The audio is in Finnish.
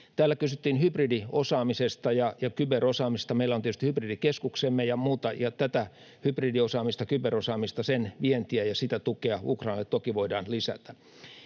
Täällä kysyttiin hybridiosaamisesta ja kyberosaamista: meillä on tietysti hybridikeskuksemme ja muuta, ja tätä hybridiosaamista, kyberosaamista, sen vientiä ja sitä tukea Ukrainalle toki voidaan lisätä.